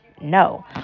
No